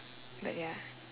but ya